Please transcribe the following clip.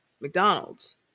McDonald's